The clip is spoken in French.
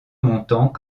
montant